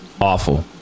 awful